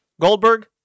Goldberg